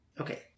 Okay